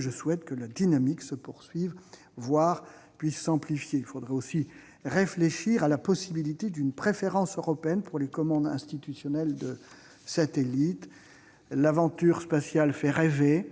Je souhaite que la dynamique se poursuive, voire puisse s'amplifier. Il faudrait aussi réfléchir à la possibilité d'une préférence européenne pour les commandes institutionnelles de satellites. L'aventure spatiale fait rêver,